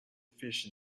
fish